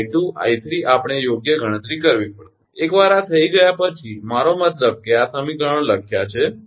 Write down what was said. તેથી આ 𝐼 𝐼 𝐼 આપણે યોગ્ય ગણતરી કરવી પડશે એકવાર આ થઈ ગયા પછી મારો મતલબ કે આ સમીકરણો લખ્યા છે